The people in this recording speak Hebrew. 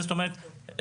זאת אומרת,